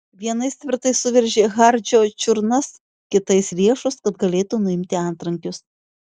vienais tvirtai suveržė hardžio čiurnas kitais riešus kad galėtų nuimti antrankius